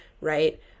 right